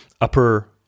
upper